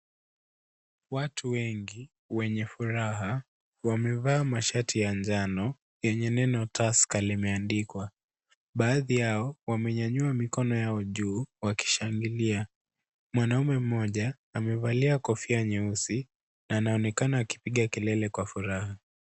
Watu wengi wenye furaha, wamevaa mashati ya njano yenye neno Tusker limeandikwa. Baadhi yao wamenyanyua mikono yao juu wakishangilia. Mwanaume mmoja amevalia kofia nyeusi na anaonekana akipiga kelele kwa furaha.